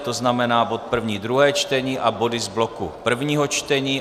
To znamená bod první, druhé čtení, a body z bloku prvního čtení.